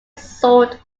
sold